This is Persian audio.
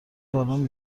بالن